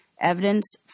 evidence